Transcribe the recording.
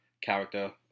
character